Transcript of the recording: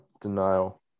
Denial